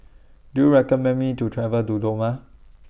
Do YOU recommend Me to travel to Dodoma